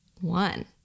one